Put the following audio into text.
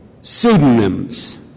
pseudonyms